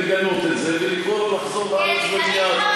לגנות את זה ולקרוא לו לחזור לארץ ומייד.